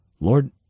Lord